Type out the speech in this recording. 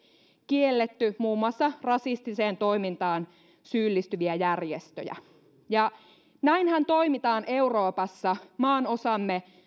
kielletty muun muassa rasistiseen toimintaan syyllistyviä järjestöjä näinhän toimitaan euroopassa maanosamme